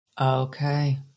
Okay